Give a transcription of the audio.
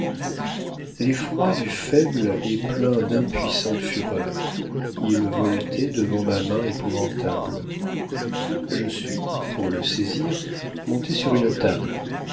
l'effroi du faible est plein d'impuissante fureur il voletait devant ma main épouvantable je suis pour le saisir monté sur une table